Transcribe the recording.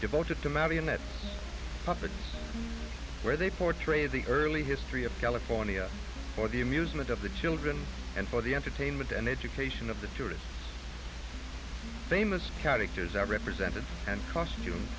devoted to marionette puppets where they portray the early history of california for the amusement of the children and for the entertainment and education of the tourists famous characters are represented and costume